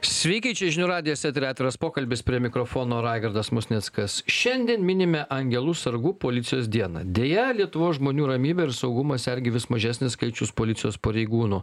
sveiki čia žinių radijas etery atviras pokalbis prie mikrofono raigardas musnickas šiandien minime angelų sargų policijos dieną deja lietuvos žmonių ramybę ir saugumą sergi vis mažesnis skaičius policijos pareigūnų